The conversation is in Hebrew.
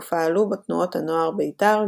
ופעלו בו תנועות הנוער בית"ר,